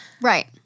Right